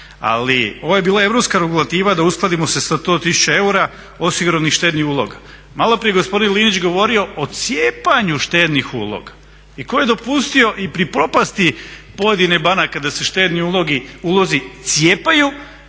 ali ovo je bila europska regulativa da uskladimo se sa 100 tisuća eura osiguranih štednih uloga. Maloprije je gospodin Linić govorio o cijepanju štednih uloga i ko je dopustio i pri propasti pojedinih banaka da se štedni ulozi cijepaju